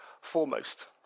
foremost